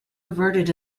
averted